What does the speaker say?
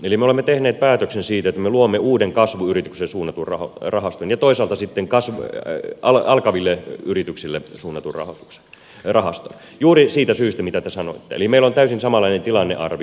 me olemme tehneet päätöksen siitä että me luomme uuden kasvuyrityksille suunnatun rahaston ja toisaalta sitten alkaville yrityksille suunnatun rahaston juuri siitä syystä mitä te sanoitte eli meillä on täysin samanlainen tilannearvio